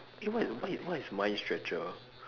eh what is what is what is mind stretcher